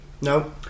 No